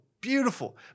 beautiful